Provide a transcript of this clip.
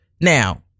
Now